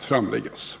framläggas.